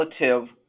relative